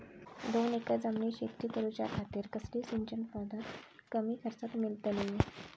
दोन एकर जमिनीत शेती करूच्या खातीर कसली सिंचन पध्दत कमी खर्चात मेलतली?